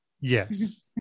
yes